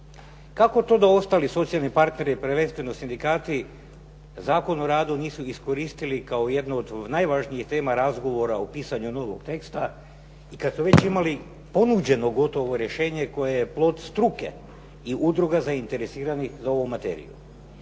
Kako to da ostali socijalni partneri, prvenstveno sindikati, Zakon o radu nisu iskoristili kao jednu od najvažnijih tema razgovora u pisanju novog teksta i kad su već imali ponuđeno gotovo rješenje koje je plod struke i udruga zainteresiranih za ovu materiju?